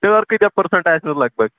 ٹٲر کٲتیٛاہ پٔرسنٛٹ آسنٮ۪س لگ بگ